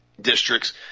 districts